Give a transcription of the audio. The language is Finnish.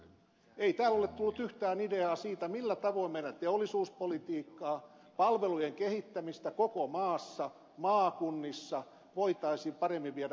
ei täällä ole tullut yhtään ideaa siitä millä tavoin meidän teollisuuspolitiikkaa palvelujen kehittämistä koko maassa maakunnissa voitaisiin paremmin viedä eteenpäin